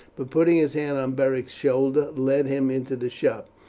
but putting his hand on beric's shoulder led him into the shop.